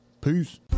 Peace